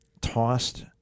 tossed